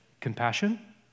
compassion